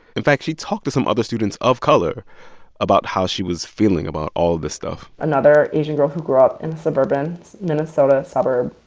in fact, she talked to some other students of color about how she was feeling about all this stuff another asian girl who grew up in suburban minnesota a suburb,